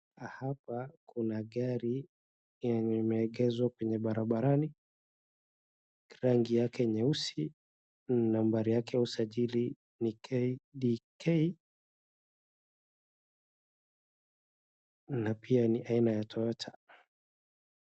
Hapa kuna gari yenye imeegezwa kwenye barabarani, rangi yake nyeusi, nambari yake ya usajili ni KDK na pia ni aina ya toyota.